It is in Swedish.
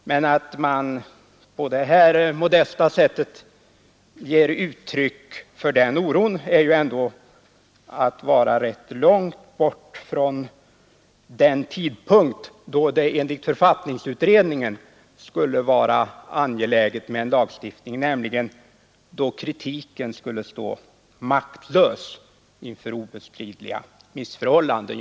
Men när man på det här modesta sättet ger uttryck för den oron står man ändå rätt långt borta från den tidpunkt då det enligt författningsutredningen skulle vara angeläget med en lagstiftning, nämligen då kritiken skulle stå maktlös inför obestridliga missförhållanden.